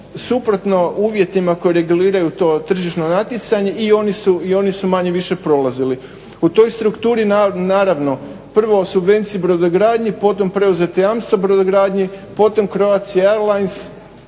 suprotno uvjetima koji reguliraju to tržišno natjecanje. I oni su manje-više prolazili. U toj strukturi naravno prvo subvencije brodogradnji, potom preuzeta jamstva brodogradnji, potom Croatia airlines